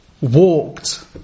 walked